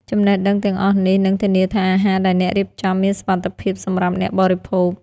ចំណេះដឹងទាំងអស់នេះនឹងធានាថាអាហារដែលអ្នករៀបចំមានសុវត្ថិភាពសម្រាប់អ្នកបរិភោគ។